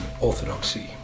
orthodoxy